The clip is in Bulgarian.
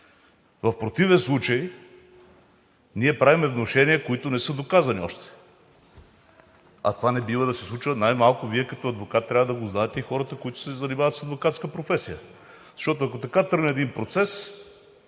В противен случай ние правим внушения, които не са доказани още, а това не бива да се случва. Най-малко Вие като адвокат трябва да го знаете и хората, които се занимават с адвокатската професия. Защото, ако така тръгне един процес,